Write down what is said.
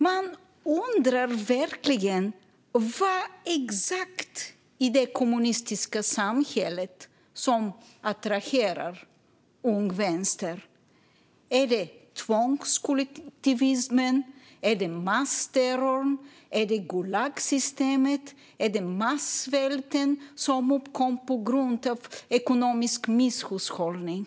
Man undrar verkligen: Vad exakt i det kommunistiska samhället är det som attraherar Ung Vänster? Är det tvångskollektivismen? Är det massterrorn? Är det gulagsystemet? Är det massvälten som uppkom på grund av ekonomisk misshushållning?